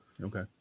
Okay